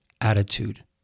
attitude